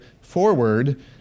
forward